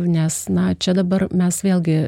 nes na čia dabar mes vėlgi